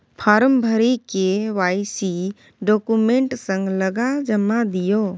farm भरि KYC document संग लगा जमा दियौ